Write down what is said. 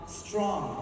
strong